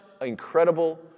incredible